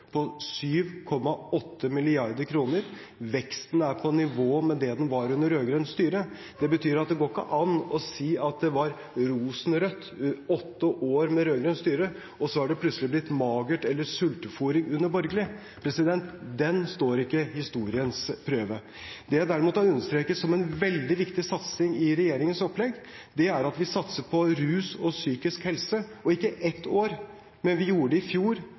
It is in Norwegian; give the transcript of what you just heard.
på 7,8 mrd. kr. Veksten er på nivå med det den var under rød-grønt styre. Det betyr at det ikke går an å si at det var rosenrødt i åtte år med rød-grønt styre, og at det så plutselig har blitt magert eller sultefôring under borgerlig styre. Den består ikke historiens prøve. Det jeg derimot har understreket som en veldig viktig satsing i regjeringens opplegg, er at vi satser på rus og psykisk helse – og ikke ett år. Vi gjorde det i fjor,